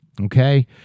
okay